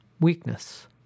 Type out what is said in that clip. Weakness